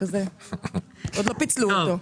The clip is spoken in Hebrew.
עודפים משנת התקציב 2021 לשנת התקציב 2022